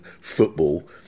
football